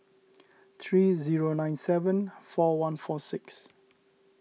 three zero nine seven four one four six